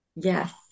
Yes